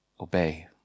Obey